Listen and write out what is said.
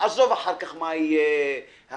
עזוב את מה שיהיה אחר כך,